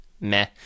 meh